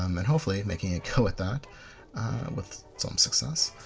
um and hopefully making a go at that with some success.